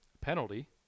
penalty